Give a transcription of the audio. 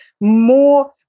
more